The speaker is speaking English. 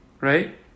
Right